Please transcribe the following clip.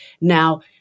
Now